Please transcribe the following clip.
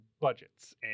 budgets